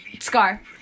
scar